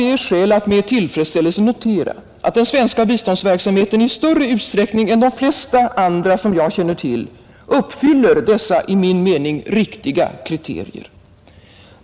Det är skäl att med tillfredsställelse notera att den svenska biståndsverksamheten i större utsträckning än de flesta andra som jag känner till uppfyller dessa i min mening riktiga kriterier.